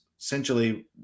essentially